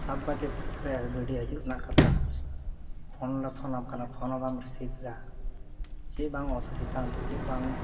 ᱥᱟᱛ ᱵᱟᱡᱮᱨᱮ ᱜᱟᱹᱰᱤ ᱦᱟᱹᱡᱩᱜ ᱨᱮᱱᱟᱜ ᱠᱟᱛᱷᱟ ᱯᱷᱚᱞᱮ ᱯᱷᱚᱱᱟᱢ ᱠᱟᱱᱟ ᱯᱷᱚᱱᱦᱚᱸ ᱵᱟᱢ ᱨᱤᱥᱤᱵᱷᱫᱟ ᱪᱮᱫᱵᱟᱝ ᱚᱥᱩᱵᱤᱫᱷᱟ ᱪᱮᱫᱵᱟᱝ